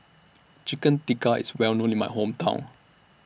Chicken Tikka IS Well known in My Hometown